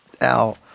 Al